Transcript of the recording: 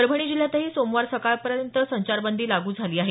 परभणी जिल्ह्यातही सोमवार सकाळपर्यंत संचारबंदी लागू झाली आहे